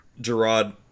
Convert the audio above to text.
Gerard